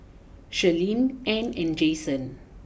Shirleen Ann and Jasen